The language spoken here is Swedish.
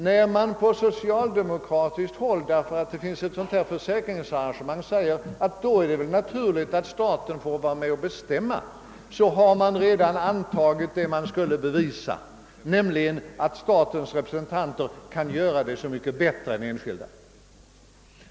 När man på socialdemokratiskt håll — därför att det finns ett förträffligt — socialt = försäkringsarrangemang i vårt samhälle — säger att då är det naturligt att staten också skall vara med om att bestämma, har man redan antagit det man skulle bevisa, nämligen att statens representanter kan sköta det hela så mycket bättre än de enskilda.